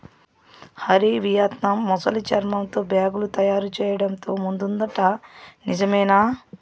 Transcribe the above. Hari, Vietnam ముసలి చర్మంతో బేగులు తయారు చేయడంతో ముందుందట నిజమేనా